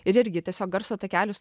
ir irgi tiesiog garso takelis